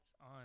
on